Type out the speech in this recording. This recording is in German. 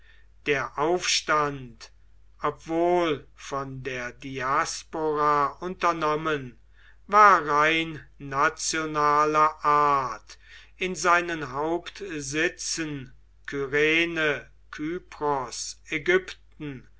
der aufstand obwohl von der diaspora unternommen war rein nationaler art in seinen hauptsitzen kyrene kypros ägypten